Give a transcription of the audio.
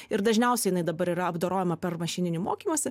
ir dažniausiai jinai dabar yra apdorojama per mašininį mokymąsi